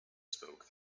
spoke